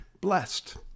blessed